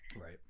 Right